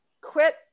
quit